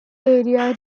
area